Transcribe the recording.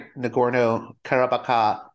Nagorno-Karabakh